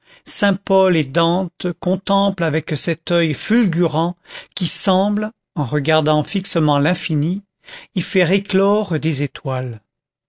et dante contemplent avec cet oeil fulgurant qui semble en regardant fixement l'infini y faire éclore des étoiles